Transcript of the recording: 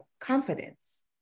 confidence